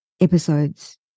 episodes